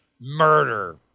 murder